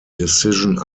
decision